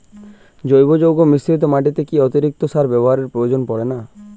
জৈব যৌগ মিশ্রিত মাটিতে কি অতিরিক্ত সার ব্যবহারের প্রয়োজন পড়ে না?